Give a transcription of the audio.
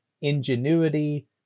ingenuity